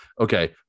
okay